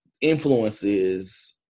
influences